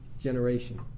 generation